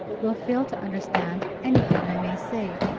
will fail to understand anything i may say.